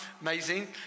Amazing